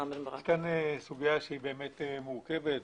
יש פה סוגיה שהיא באמת מורכבת,